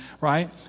right